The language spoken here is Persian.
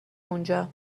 اونجا